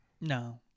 No